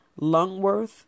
lungworth